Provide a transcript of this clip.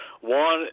One